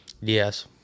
Yes